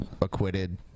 acquitted